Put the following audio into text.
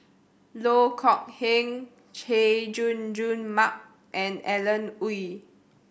Loh Kok Heng Chay Jung Jun Mark and Alan Oei